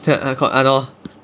!hannor!